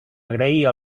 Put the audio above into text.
agrair